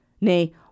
nay